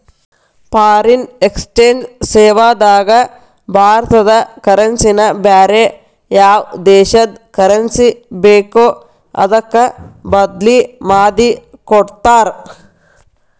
foreign exchange ಸೇವಾದಾಗ ಭಾರತದ currency ನ ಬ್ಯಾರೆ ಯಾವ್ ದೇಶದ್ ಕರೆನ್ಸಿ ಬೇಕೊ ಅದಕ್ಕ ಬದ್ಲಿಮಾದಿಕೊಡ್ತಾರ್